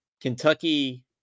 Kentucky